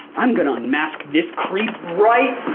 i'm gonna and mask this creep right.